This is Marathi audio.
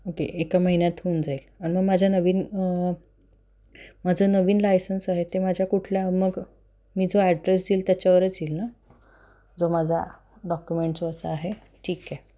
ओके एका महिन्यात होऊन जाईल आणि मग माझ्या नवीन माझं नवीन लायसन्स आहे ते माझ्या कुठल्या मग मी जो ॲड्रेस देईल त्याच्यावरच येईल ना जो माझा डॉक्युमेंट्सवरचा आहे ठीक आहे